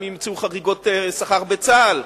אם ימצאו חריגות שכר בצה"ל,